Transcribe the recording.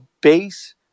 base